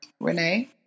Renee